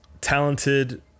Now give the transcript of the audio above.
talented